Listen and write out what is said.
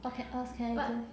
what can what can I do